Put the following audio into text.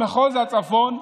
במחוז הצפון,